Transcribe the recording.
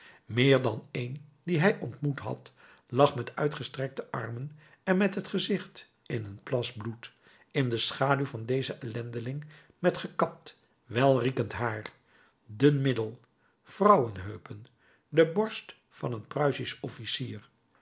meer dan een dien hij ontmoet had lag met uitgestrekte armen en met t gezicht in een plas bloed in de schaduw van dezen ellendeling met gekapt welriekend haar dun middel vrouwenheupen de borst van een pruisisch officier